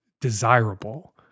desirable